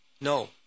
no